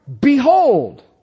behold